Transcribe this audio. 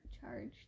charged